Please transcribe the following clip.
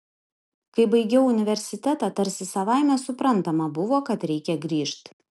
kai baigiau universitetą tarsi savaime suprantama buvo kad reikia grįžt